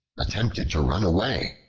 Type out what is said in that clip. attempted to run away.